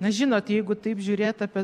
na žinot jeigu taip žiūrėt apie